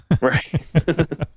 Right